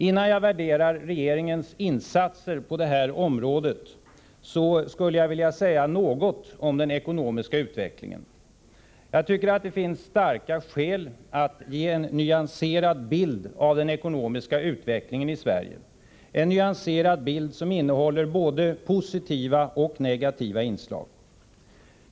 Innan jag värderar regeringens insatser på det här området skulle jag vilja säga något om den ekonomiska utvecklingen. Jag tycker att det finns starka skäl att ge en nyanserad bild av den ekonomiska utvecklingen i Sverige, en nyanserad bild som innehåller både positiva och negativa inslag.